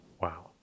Wow